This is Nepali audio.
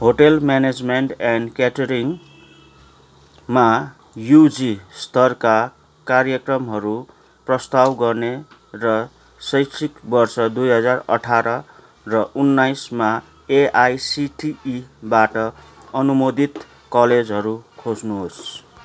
होटल म्यानेजमेन्ट एन्ड क्याटरिङमा युजी स्तरका कार्यक्रमहरू प्रस्ताव गर्ने र शैक्षिक वर्ष दुई हजार अठार र उन्नाइसमा एआइसिटिईबाट अनुमोदित कलेजहरू खोज्नुहोस्